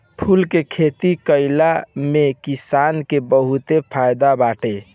फूल के खेती कईला में किसान के बहुते फायदा बाटे